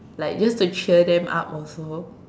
like just to cheer them up also